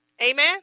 Amen